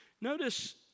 Notice